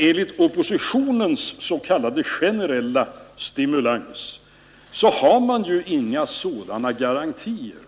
Men med oppositionens s.k. generella stimulans har man inga sådana garantier.